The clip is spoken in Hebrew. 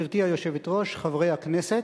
גברתי היושבת-ראש, חברי הכנסת,